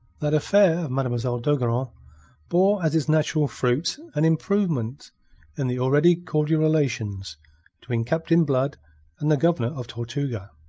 that affair of mademoiselle d'ogeron bore as its natural fruit an improvement in the already cordial relations between captain blood and the governor of tortuga.